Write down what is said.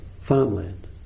farmland